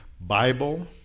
Bible